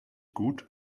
gut